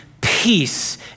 peace